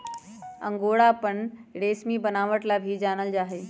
angora अपन रेशमी बनावट ला भी जानल जा हई